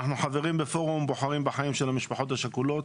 אנחנו חברים בפורום "בוחרים בחיים" של המשפחות השכולות,